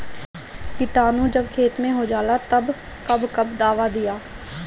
किटानु जब खेत मे होजाला तब कब कब दावा दिया?